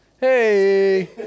hey